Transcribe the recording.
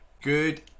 Good